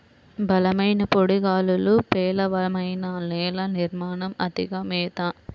బలమైన పొడి గాలులు, పేలవమైన నేల నిర్మాణం, అతిగా మేత